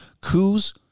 coups